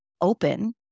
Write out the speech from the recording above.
open